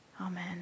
Amen